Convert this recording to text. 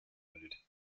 wounded